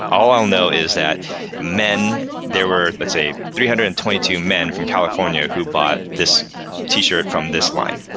all i'll know is that men there were, let's say, three hundred and twenty two men from california who bought this t-shirt from this line.